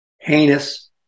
heinous